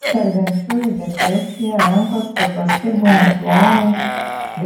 sergančiųjų depresija rankos paprastai būna plonos